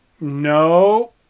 no